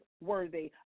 worthy